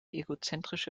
egozentrische